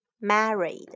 married